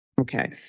Okay